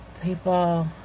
People